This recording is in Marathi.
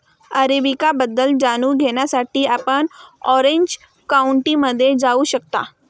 अरेबिका बद्दल जाणून घेण्यासाठी आपण ऑरेंज काउंटीमध्ये जाऊ शकता